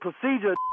procedure